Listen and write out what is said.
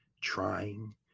trying